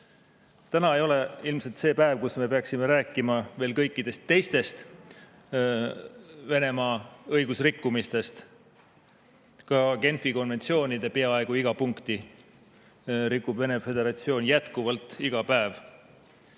ei ole ilmselt see päev, kus me peaksime rääkima kõikidest teistest Venemaa õigusrikkumistest. Ka Genfi konventsioonide peaaegu iga punkti rikub Vene föderatsioon jätkuvalt iga päev. See